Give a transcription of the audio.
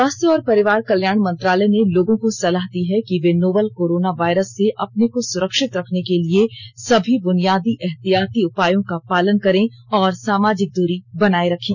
स्वास्थ्य और परिवार कल्याण मंत्रालय ने लोगों को सलाह दी है कि वे नोवल कोरोना वायरस से अपने को सुरक्षित रखने के लिए सभी बुनियादी एहतियाती उपायों का पालन करें और सामाजिक दूरी बनाए रखें